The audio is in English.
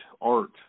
art